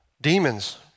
demons